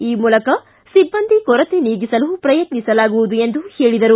ಈ ಮೂಲಕ ಸಿಬ್ಬಂದಿ ಕೊರತೆ ನೀಗಿಸಲು ಪ್ರಯತ್ನಿಸಲಾಗುವುದು ಎಂದರು